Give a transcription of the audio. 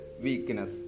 weakness